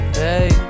hey